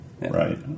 Right